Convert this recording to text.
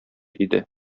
иде